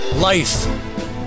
Life